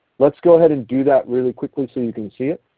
let's go ahead and do that really quickly so you can see it.